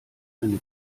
eine